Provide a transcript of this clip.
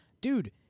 dude